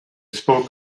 spoke